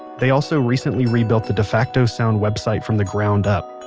they also recently rebuilt the defacto sound website from the ground up.